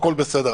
הכול בסדר.